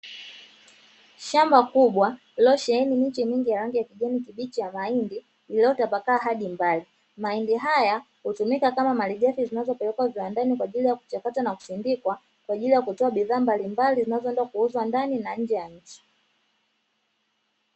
Shamba kubwa lililosheheni miche mingi ya rangi ya kijani kibichi ya mahindi iliyotapakaa hadi mbali. Mahindi haya hutumika kama malighafi zinazopelekwa viwandani kwa ajili ya kuchakatwa na kusindikwa kwa ajili ya kutoa bidhaa mbalimbali zinazoenda kuuzwa ndani na nje ya nchi.